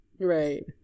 Right